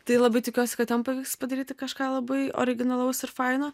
tai labai tikiuosi kad ten pavyks padaryti kažką labai originalaus ir faino